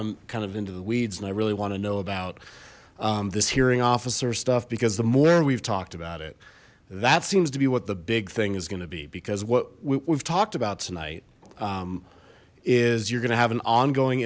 i'm kind of into the weeds and i really want to know about this hearing officer stuff because the more we've talked about it that seems to be what the big thing is gonna be because what we've talked about tonight is you're gonna have an ongoing